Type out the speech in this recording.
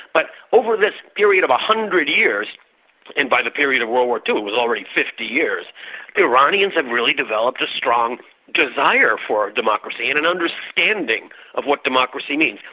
but over this period of a hundred years and by the period of world war ii it was already fifty years iranians have really developed a strong desire for democracy and an understanding of what democracy means.